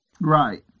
Right